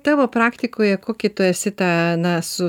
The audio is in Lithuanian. tavo praktikoje kokį tu esi tą na su